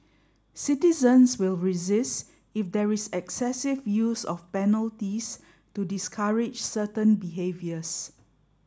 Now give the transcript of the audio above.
citizens will resist if there is excessive use of penalties to discourage certain behaviours